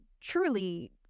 truly